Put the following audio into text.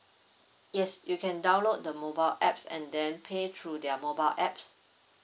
yes you can download the mobile apps and then pay through their mobile apps